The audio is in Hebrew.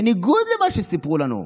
בניגוד למה שסיפרו לנו.